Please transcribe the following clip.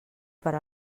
per